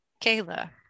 Kayla